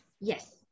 Yes